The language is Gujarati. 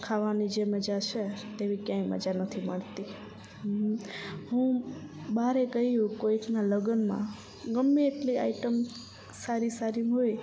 ખાવાની જે મજા છે તેવી ક્યાંય મજા નથી મળતી હું બહારે ગઈ હોઉં કોઈકના લગનમાં ગમે એટલી આઈટમ સારી સારી હોય